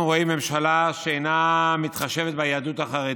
אנחנו רואים ממשלה שאינה מתחשבת ביהדות החרדית,